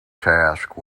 task